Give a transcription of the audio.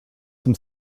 some